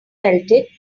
melted